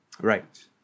Right